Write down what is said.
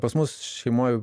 pas mus šeimoj